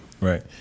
right